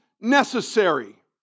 necessary